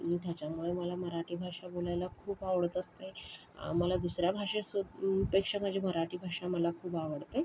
त्याच्यामुळे मला मराठी भाषा बोलायला खूप आवडत असते मला दुसऱ्या भाषे पेक्षा माझी मराठी भाषा मला खूप आवडते